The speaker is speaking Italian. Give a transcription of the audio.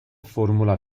formula